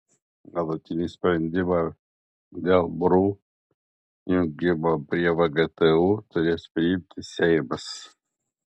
galutinį sprendimą dėl mru jungimo prie vgtu turės priimti seimas